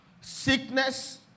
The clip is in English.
sickness